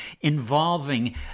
involving